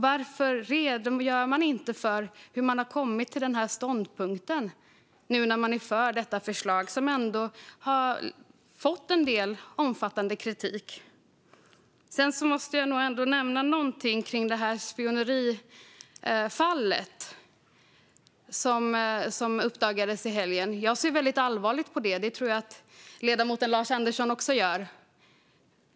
Varför redogör man inte för hur man har kommit till den här ståndpunkten, nu när man är för detta förslag som ändå har fått en del omfattande kritik? Sedan måste jag nämna någonting om det spionerifall som uppdagades i helgen. Jag ser väldigt allvarligt på det, och det tror jag att ledamoten Lars Andersson också gör.